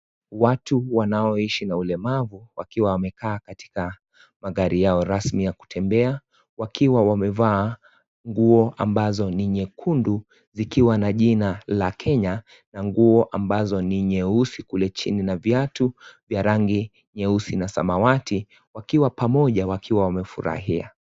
Watu wanaoishi na ulemavu wakiwa wamekaa katika magari yao rasmi ya kutembea. Wakiwa wamevaa nguo ambazo ni nyekundu, zikiwa na jina la Kenya na nguo ambazo ni nyeusi kule chini na viatu vya rangi nyeusi na samawati, wakiwa pamoja wakiwa wamefurahia.